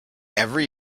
every